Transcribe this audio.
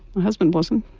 my husband wasn't.